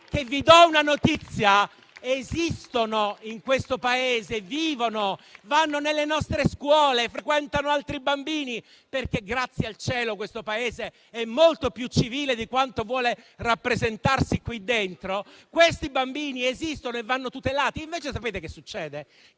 che - vi do una notizia - esistono in questo Paese, vivono, vanno nelle nostre scuole, frequentano altri bambini - grazie al cielo, questo Paese è molto più civile di quanto vuole rappresentarsi qui dentro - e devono essere tutelati. Invece sapete che succede?